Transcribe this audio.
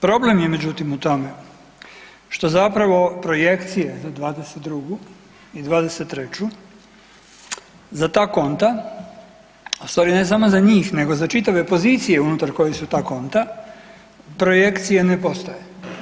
Problem je međutim u tome što zapravo projekcije za '22. i '23. za ta konta, u stvari ne samo za njih, nego za čitave pozicije koje unutar kojih su ta konta, projekcije ne postoje.